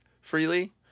freely